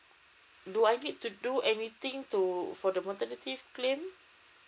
do I need to do anything to for the maternity claim